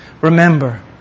remember